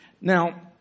Now